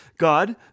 God